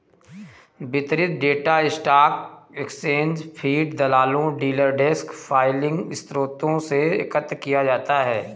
वितरित data stock exchange feed, दलालों, dealer desk filing स्रोतों से एकत्र किया जाता है